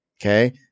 Okay